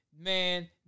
Man